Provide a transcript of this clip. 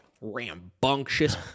rambunctious